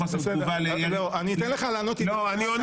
לחוסר תגובה לירי - תן לי זמן,